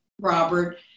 Robert